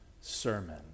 sermon